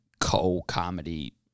co-comedy